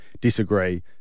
disagree